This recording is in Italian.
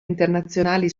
internazionali